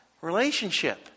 Relationship